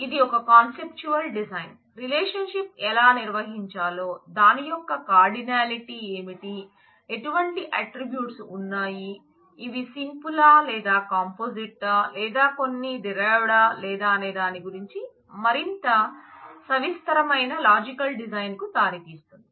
ఇది ఒక conceptual design relationship ఎలా నిర్వహించాలో దాని యొక్క కార్డినాలిటీ ఏమిటి ఎటువంటి అట్ట్రిబ్యూట్స్ ఉన్నాయి అవి సింపుల్ లేదా కాంపోజిట్ లేదా కొన్ని డిరైవడ్ లేదా అనే దాని గురించి మరింత సవిస్తరమైన లాజికల్ డిజైన్ కు దారితీస్తుంది